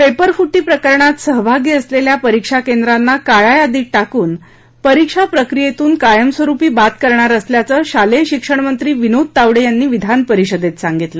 पेपरफुटी प्रकरणात सहभागी असलेल्या परीक्षा केंद्रांना काळ्या यादीत टाकुन परीक्षा प्रक्रियेतुन कायमस्वरुपी बाद करणार असल्याचं शालेय शिक्षण मंत्री विनोद तावडे यांनी विधान परिषदेत सांगितलं